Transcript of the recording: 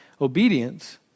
Obedience